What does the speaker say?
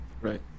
Right